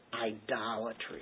idolatry